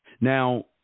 Now